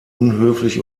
unhöflich